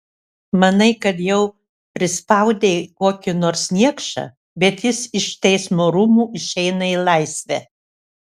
manai kad jau prispaudei kokį nors niekšą bet jis iš teismo rūmų išeina į laisvę